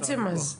אז בעצם ביד